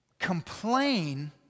complain